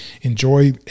enjoy